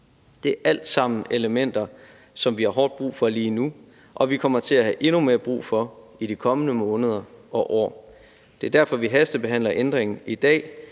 Det er alt sammen elementer, som vi har hårdt brug for lige nu, og som vi kommer til at have endnu mere brug for i de kommende måneder og år. Det er derfor, vi hastebehandler ændringen i dag,